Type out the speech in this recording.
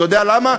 אתה יודע למה?